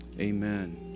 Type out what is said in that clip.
amen